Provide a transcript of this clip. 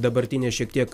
dabartinė šiek tiek